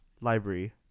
Library